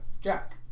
Jack